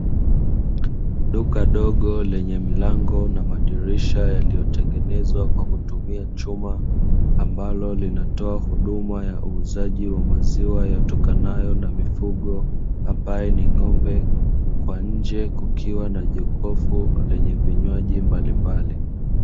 Duka dogo lenye milango na madirisha yaliyotengenezwa kwa kutumia chuma, ambalo linatoa huduma ya uuzaji wa maziwa yatokanayo na mifugo ambaye ni ng'ombe, kwa nje kukiwa na jokofu lenye vinywaji mbalimbali.